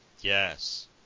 Yes